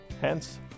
Hence